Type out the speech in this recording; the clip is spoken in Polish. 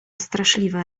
straszliwe